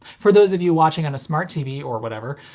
for those of you watching on a smart tv or whatever,